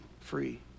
free